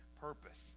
purpose